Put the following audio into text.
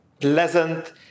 pleasant